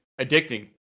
addicting